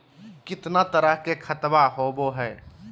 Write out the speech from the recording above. कितना तरह के खातवा होव हई?